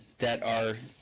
that are,